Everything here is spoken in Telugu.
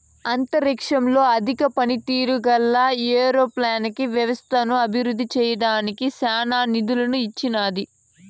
అంతరిక్షంలో అధిక పనితీరు గల ఏరోపోనిక్ వ్యవస్థను అభివృద్ధి చేయడానికి నాసా నిధులను ఇచ్చినాది